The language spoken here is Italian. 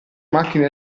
macchine